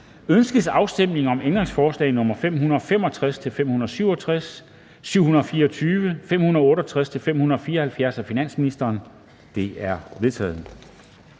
Ønskes afstemning om ændringsforslag nr. 580 og 581 af finansministeren? De er vedtaget.